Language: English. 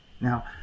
Now